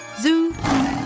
Zoo